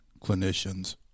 clinicians